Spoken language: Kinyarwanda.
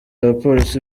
abapolisi